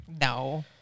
No